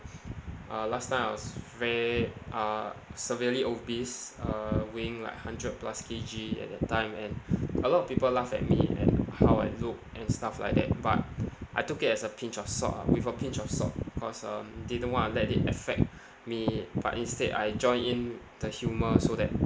uh last time I was very uh severely obese uh weighing like hundred plus K_G at that time and a lot of people laugh at me at how I look and stuff like that but I took it as a pinch of salt ah with a pinch of salt cause um didn't want to let it affect me but instead I joined in the humour so that